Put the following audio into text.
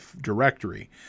directory